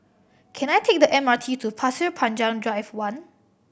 can I take the M R T to Pasir Panjang Drive One